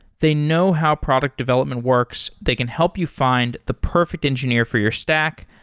they know how product development works. they can help you find the perfect engineer for your stack,